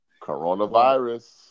coronavirus